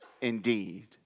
indeed